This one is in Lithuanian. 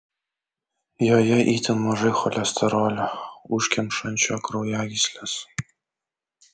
joje itin mažai cholesterolio užkemšančio kraujagysles